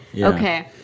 Okay